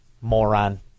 Moron